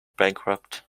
bankrupt